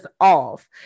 off